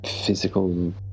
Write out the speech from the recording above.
physical